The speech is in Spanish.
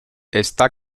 está